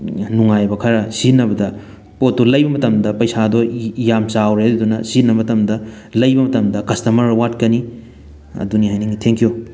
ꯅꯨꯡꯉꯥꯏꯕ ꯈꯔ ꯁꯤꯖꯤꯟꯅꯕꯗ ꯄꯣꯠꯇꯨ ꯂꯩꯕ ꯃꯇꯝꯗ ꯄꯩꯁꯥꯗꯣ ꯌꯥꯝ ꯆꯥꯎꯔꯦ ꯑꯗꯨꯅ ꯁꯤꯖꯤꯟꯅꯕ ꯃꯇꯝꯗ ꯂꯩꯕ ꯃꯇꯝꯗ ꯀꯁꯇꯝꯃꯔ ꯋꯥꯠꯀꯅꯤ ꯑꯗꯨꯅꯤ ꯍꯥꯏꯅꯤꯡꯉꯤ ꯊꯦꯡꯀ꯭ꯌꯨ